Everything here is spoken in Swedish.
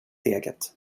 eget